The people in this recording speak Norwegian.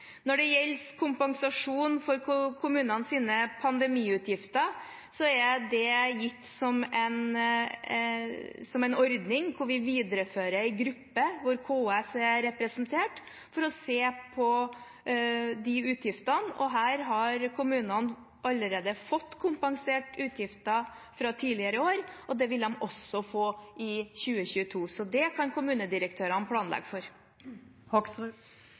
Når det gjelder kompensasjon for kommunenes pandemiutgifter, er det gitt som en ordning hvor vi viderefører en gruppe, hvor KS er representert, for å se på de utgiftene. Her har kommunene allerede fått kompensert utgifter fra tidligere i år, og det vil de også få i 2022. Det kan kommunedirektørene planlegge for.